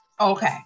Okay